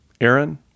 Aaron